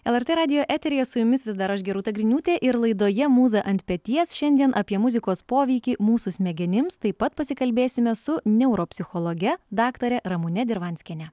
lrt radijo eteryje su jumis vis dar aš gerūta griniūtė ir laidoje mūza ant peties šiandien apie muzikos poveikį mūsų smegenims taip pat pasikalbėsime su neuropsichologe daktare ramune dirvanskiene